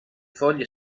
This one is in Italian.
foglie